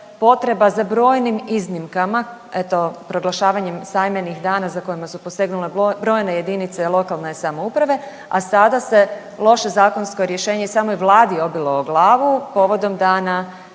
potreba za brojnim iznimkama eto proglašavanjem sajmenih dana za kojima su posegnule brojne jedinice lokalne samouprave, a sada se loše zakonsko rješenje i samoj Vladi obilo o glavu povodom Dana